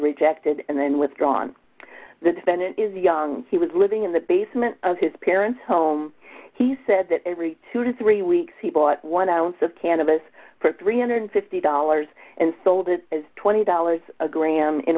rejected and then withdrawn the defendant is young he was living in the basement of his parents home he said that every two to three weeks he bought one ounce of cannabis for three hundred and fifty dollars and sold it as twenty dollars a gram in